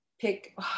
pick